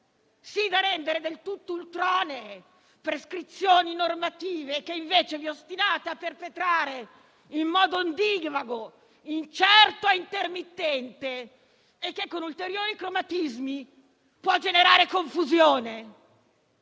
sì da rendere del tutto ultronee prescrizioni normative che, invece, vi ostinate a perpetrare in modo ondivago, incerto e intermittente e che, con ulteriori cromatismi, può generare confusione.